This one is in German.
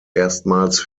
erstmals